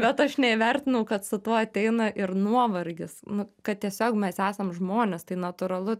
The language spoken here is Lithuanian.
bet aš neįvertinau kad su tuo ateina ir nuovargis nu kad tiesiog mes esam žmonės tai natūralu